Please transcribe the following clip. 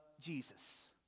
Jesus